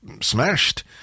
smashed